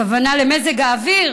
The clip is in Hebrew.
הכוונה למזג האוויר,